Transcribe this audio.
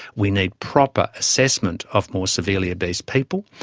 we need proper assessment of more severely obese people.